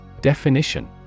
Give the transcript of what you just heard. Definition